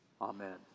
Amen